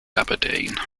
aberdeen